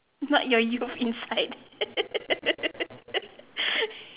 not your youth inside